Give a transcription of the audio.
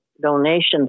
donations